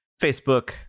Facebook